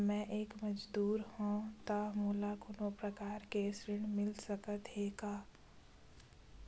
मैं एक मजदूर हंव त मोला कोनो प्रकार के ऋण मिल सकत हे का?